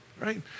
right